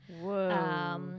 Whoa